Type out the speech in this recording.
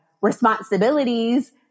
responsibilities